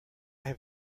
have